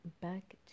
back